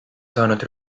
saanud